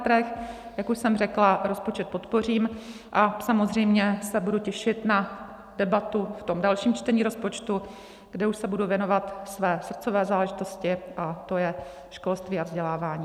Jak už jsem řekla, rozpočet podpořím a samozřejmě se budu těšit na debatu v tom dalším čtení rozpočtu, kdy už se budu věnovat své srdcové záležitosti, to je školství a vzdělávání.